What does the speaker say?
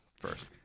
first